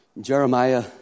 Jeremiah